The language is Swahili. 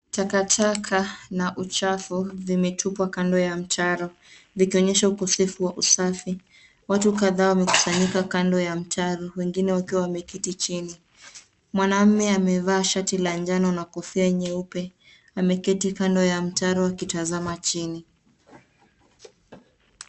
Takataka na uchafu vimetupwa kando ya mtaro. Vikionyesha ukosefu wa usafi. Watu kadhaa wamekusanyika kando ya mtaro wengine wakiwa wameketi chini. Mwanaume amevaa shati la jano na kofia nyeupe ameketi kando ya mtaro akitazama chini.